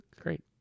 Great